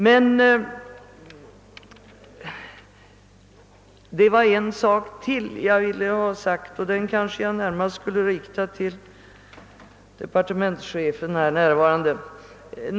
Det var ytterligare en sak som jag ville ha sagt, och därvidlag kanske jag närmast skulle rikta mig till departe mentschefen som ju är närvarande här.